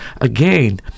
Again